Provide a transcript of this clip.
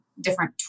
different